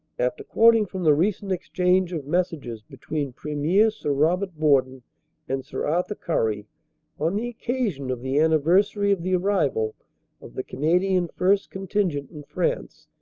after quoting from the recent exchange of messages between premier sir robert borden and sir arthur currie on the occasion of the anniversary of the arrival of the canadian first contingent in france,